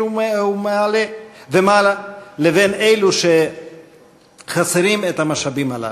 ומעלה לבין אלו שחסרים את המשאבים הללו.